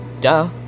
Duh